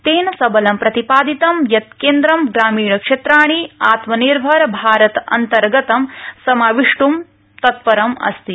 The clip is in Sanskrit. तेन सबलं प्रतिपादितं यत् केन्द्रं ग्रामीण क्षेत्राणि आत्मनिर्भर भारत अन्तर्गतं समाविष्ट्ं तत्परं अस्ति